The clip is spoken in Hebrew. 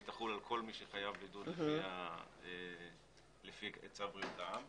תחול על כל מי שחייב בידוד לפי צו בריאות העם.